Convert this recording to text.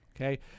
okay